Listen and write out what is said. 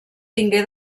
tingué